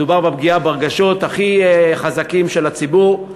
מדובר בפגיעה ברגשות הכי חזקים של הציבור,